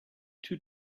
too